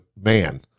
man